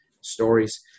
stories